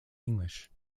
english